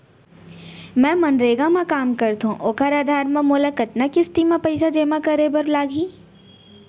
मैं मनरेगा म काम करथो, ओखर आधार म मोला कतना किस्ती म पइसा जेमा करे बर लागही?